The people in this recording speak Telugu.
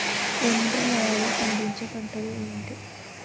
ఒండ్రు నేలలో పండించే పంటలు ఏంటి?